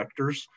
vectors